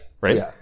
right